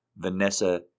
Vanessa